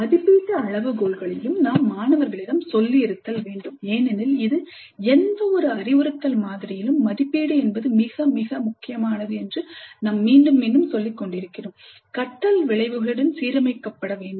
மதிப்பீட்டு அளவுகோல்களையும் நாம் மாணவர்களிடம் சொல்லி இருத்தல் வேண்டும் ஏனெனில் இது எந்தவொரு அறிவுறுத்தல் மாதிரியிலும் மதிப்பீடு மிக மிக முக்கியமானது என்று நாம் மீண்டும் மீண்டும் சொல்லிக்கொண்டிருக்கிறோம் கற்றல் விளைவுகளுடன் சீரமைக்கப்பட வேண்டும்